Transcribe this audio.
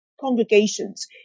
congregations